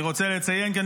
אני רוצה לציין כאן,